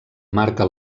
marca